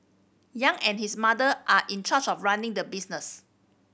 Yang and his mother are in charge of running the business